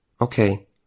Okay